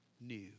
new